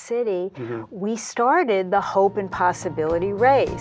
city we started the hope and possibility right